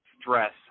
stress